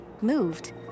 Moved